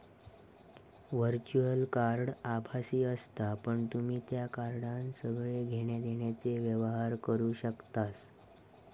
virtual card आभासी असता पण तुम्ही त्या कार्डान सगळे घेण्या देण्याचे व्यवहार करू शकतास